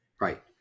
right